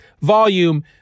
volume